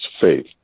faith